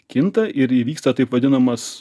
kinta ir įvyksta taip vadinamas